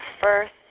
first